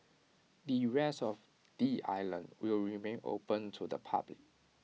the rest of the island will remain open to the public